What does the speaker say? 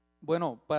Bueno